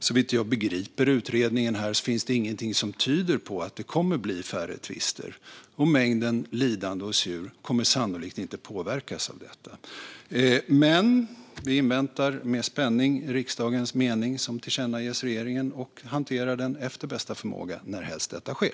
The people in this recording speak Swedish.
Såvitt jag begriper utredningen finns det ingenting som tyder på att det kommer att bli färre tvister, och mängden lidande djur kommer sannolikt inte att påverkas av detta. Men vi inväntar med spänning att ta emot riksdagens mening som tillkännages regeringen och hanterar den efter bästa förmåga närhelst detta sker.